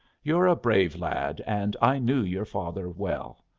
you're a brave lad, and i knew your father well.